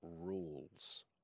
rules